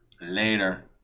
Later